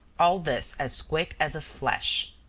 all this as quick as a flash.